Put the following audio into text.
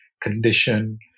condition